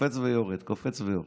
קופץ ויורד, קופץ ויורד.